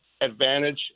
advantage